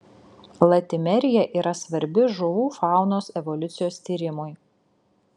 latimerija yra svarbi žuvų faunos evoliucijos tyrimui